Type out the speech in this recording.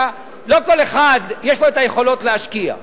לא כל אחד יש לו היכולות להשקיע,